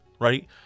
right